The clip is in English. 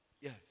yes